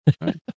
Right